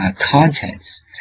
contents